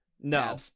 No